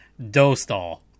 Dostal